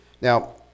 Now